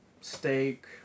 steak